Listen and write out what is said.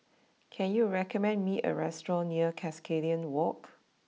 can you recommend me a restaurant near Cuscaden walk